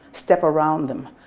step around them.